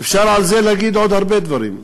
אפשר על זה להגיד עוד הרבה דברים.